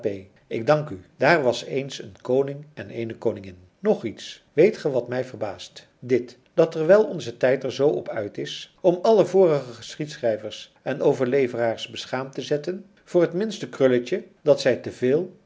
ik dank u daer was eens een koning en eene koningin nog iets weet ge wat mij verbaast dit dat terwijl onze tijd er zoo op uit is om alle vorige geschiedschrijvers en overleveraars beschaamd te zetten voor het minste krulletje dat zij